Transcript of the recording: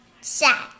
sad